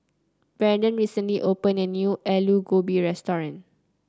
Branden recently opened a new Aloo Gobi restaurant